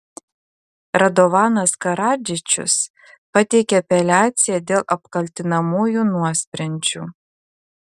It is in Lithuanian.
radovanas karadžičius pateikė apeliaciją dėl apkaltinamųjų nuosprendžių